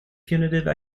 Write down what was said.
punitive